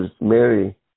Mary